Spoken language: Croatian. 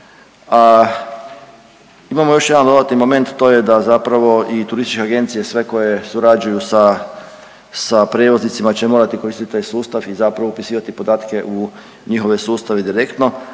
imamo još jedan dodatni moment to je da zapravo i turističke agencije sve koje surađuju sa prijevoznicima će morati koristiti taj sustav i zapravo upisivati podatke u njihove sustave direktno,